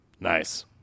Nice